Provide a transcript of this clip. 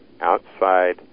outside